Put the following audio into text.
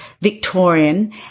Victorian